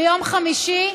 ביום חמישי,